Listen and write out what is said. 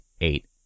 eight